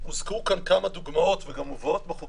הוזכרו כאן כמה דוגמות וגם מובאות בחוק